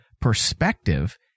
perspective